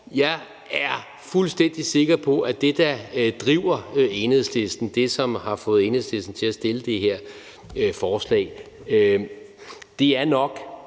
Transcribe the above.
Jeg er fuldstændig sikker på, at det, der driver Enhedslisten, og det, som har fået Enhedslisten til at fremsætte det her forslag, nok